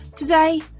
Today